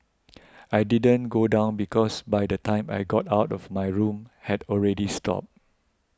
I didn't go down because by the time I got out of my room had already stopped